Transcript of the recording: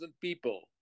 people